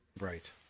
Right